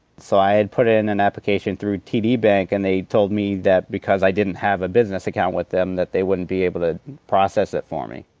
so i had put in an application through td bank, and they told me that because i didn't have a business account with them that they wouldn't be able to process it for me.